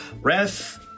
Ref